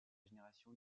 génération